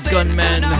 Gunman